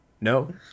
No